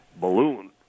balloon